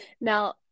now